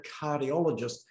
cardiologist